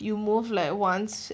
you move like once